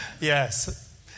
Yes